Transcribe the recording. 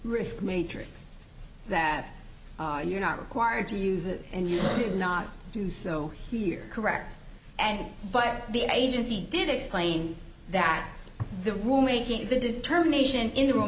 risk matrix that you are not required to use it and you did not do so here correct and but the agency did explain that the room making the determination in the room